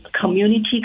community